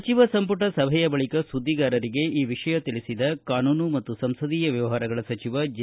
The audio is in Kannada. ಸಚಿವ ಸಂಪುಟ ಸಭೆಯ ಬಳಿಕ ಸುದ್ದಿಗಾರರಿಗೆ ಈ ವಿಷಯ ತಿಳಿಸಿದ ಕಾನೂನು ಮತ್ತು ಸಂಸದೀಯ ವ್ಯವಹಾರಗಳ ಸಚಿವ ಜೆ